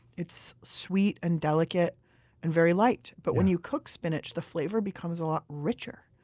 it's sweet and delicate and very light, but when you cook spinach, the flavor becomes a lot richer,